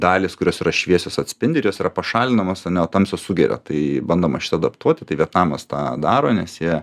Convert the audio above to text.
dalys kurios yra šviesios atspindi ir jos yra pašalinamos ane o tamsios sugeria tai bandoma šitą adaptuoti tai vietnamas tą daro nes jie